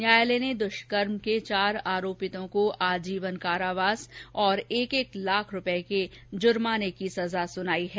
न्यायालय ने दुष्कर्म के चार आरोपितों को आजीवन कारावास और एक एक लाख रूपये के जुर्माने की सजा सुनाई है